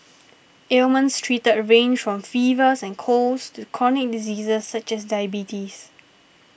Ailments treated range from fevers and colds to chronic diseases such as diabetes